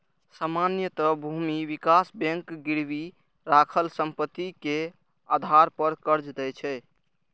सामान्यतः भूमि विकास बैंक गिरवी राखल संपत्ति के आधार पर कर्ज दै छै